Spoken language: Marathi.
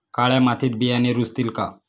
काळ्या मातीत बियाणे रुजतील का?